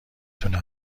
تونه